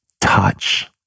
touch